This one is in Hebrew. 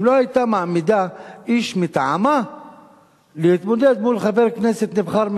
היא לא היתה מעמידה איש מטעמה להתמודד מול חבר כנסת נבחר,